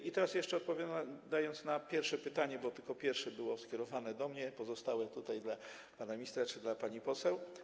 I teraz jeszcze odpowiem na pierwsze pytanie, bo tylko pierwsze było skierowane do mnie, pozostałe tutaj były do pana ministra czy do pani poseł.